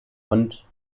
und